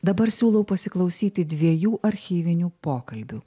dabar siūlau pasiklausyti dviejų archyvinių pokalbių